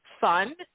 fun